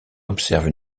observe